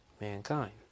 Mankind